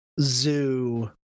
Zoo